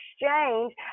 exchange